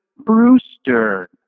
Brewster